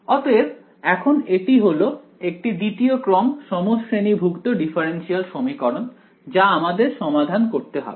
অতএব এখন এটি হলো একটি দ্বিতীয় ক্রম সমশ্রেণীভুক্ত ডিফারেনশিয়াল সমীকরণ যা আমাদের সমাধান করতে হবে